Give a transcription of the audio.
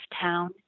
town